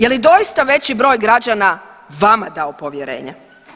Je li doista veći broj građana vama dao povjerenje?